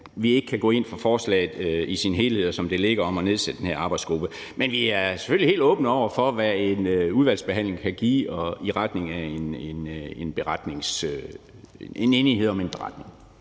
vi ikke kan gå ind for forslaget i dets helhed om at nedsætte den her arbejdsgruppe. Men vi er selvfølgelig helt åbne over for, hvad en udvalgsbehandling kan give i retning af at blive enige om en beretning.